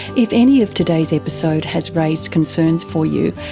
if any of today's episode has raised concerns for you,